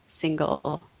single